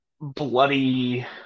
bloody